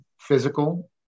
physical